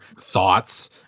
thoughts